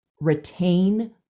retain